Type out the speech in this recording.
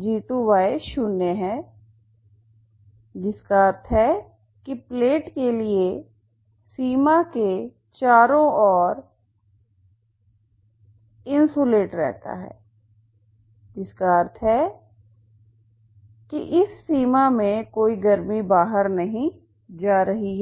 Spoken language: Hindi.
g2 शून्य हैं जिसका अर्थ है कि प्लेट के लिए सीमा के चारों ओर इंसुलेट रहता है जिसका अर्थ है कि इस सीमा से कोई गर्मी बाहर नहीं जा रही है